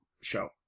show